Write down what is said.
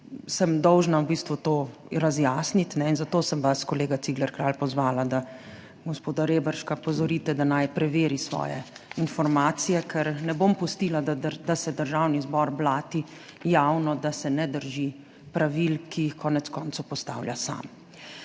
sem dolžna v bistvu to razjasniti in zato sem vas, kolega Cigler Kralj, pozvala, da gospoda Reberška opozorite, da naj preveri svoje informacije, ker ne bom pustila, da se Državni zbor blati javno, da se ne drži pravil, ki jih konec koncev postavlja sam.